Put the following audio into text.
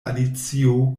alicio